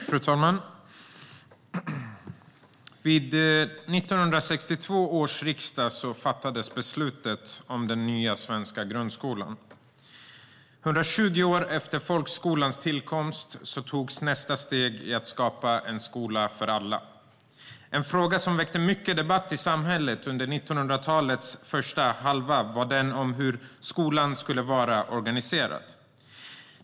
Fru talman! Vid 1962 års riksdag fattades beslutet om den nya svenska grundskolan. 120 år efter folkskolans tillkomst togs nästa steg för att skapa en skola för alla. En fråga som väckte mycket debatt i samhället under 1900-talets första hälft var den om hur frågan skulle vara organiserad.